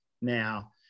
now